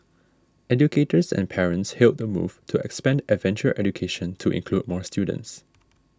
educators and parents hailed the move to expand adventure education to include more students